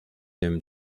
him